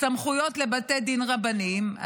סמכויות לבתי דין רבניים,